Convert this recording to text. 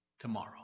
tomorrow